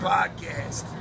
Podcast